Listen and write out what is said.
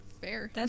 Fair